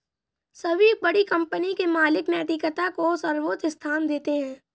सभी बड़ी कंपनी के मालिक नैतिकता को सर्वोच्च स्थान देते हैं